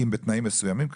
בתנאים מסוימים כמובן,